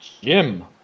Jim